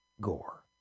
Gore